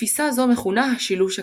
תפיסה זו מכונה השילוש הקדוש.